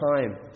time